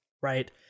right